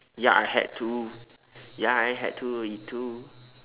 ya I had to ya I had to too